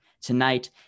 Tonight